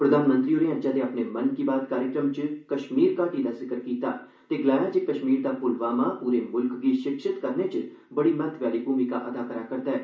प्रधानमंत्री होरें अज्जै दे अपने 'मन की बात' कार्यक्रम च कश्मीर दा बी जिक्र कीता ते गलाया जे कश्मीर दा प्लवामा प्रे मूल्ख गी शिक्षित करने च महत्वै आहली भूमिका अदा करा करदा ऐ